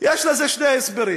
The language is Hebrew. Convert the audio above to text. יש לזה שני הסברים.